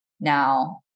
now